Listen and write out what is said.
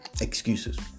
Excuses